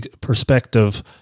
perspective